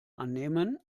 annehmen